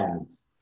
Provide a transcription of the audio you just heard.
ads